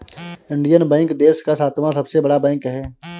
Indian bank देश का सातवां सबसे बड़ा बैंक है